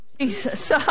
Jesus